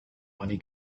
money